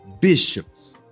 bishops